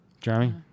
Jeremy